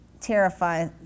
terrify